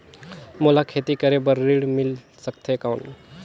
मोला खेती करे बार ऋण मिल सकथे कौन?